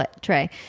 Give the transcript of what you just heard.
tray